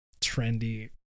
trendy